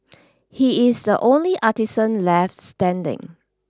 he is the only artisan left standing